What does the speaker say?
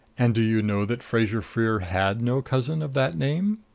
and do you know that fraser-freer had no cousin of that name?